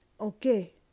Okay